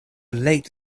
late